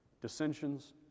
Dissensions